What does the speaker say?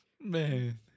Man